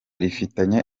rifitanye